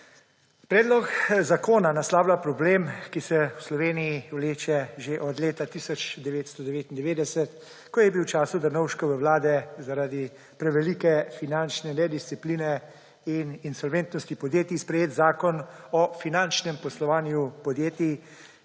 Predlog zakona naslavlja problem, ki se v Sloveniji vleče že od leta 1999, ko je bil v času Drnovškove vlade zaradi prevelike finančne nediscipline in insolventnosti podjetij sprejet Zakon o finančnem poslovanju podjetij,